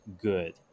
good